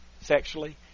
sexually